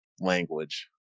language